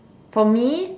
for me